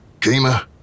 Kima